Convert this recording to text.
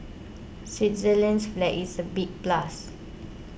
Switzerland's flag is a big plus